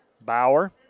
Bauer